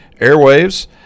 airwaves